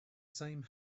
same